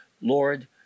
Lord